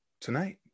tonight